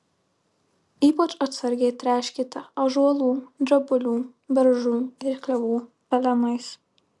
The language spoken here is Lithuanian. ypač atsargiai tręškite ąžuolų drebulių beržų ir klevų pelenais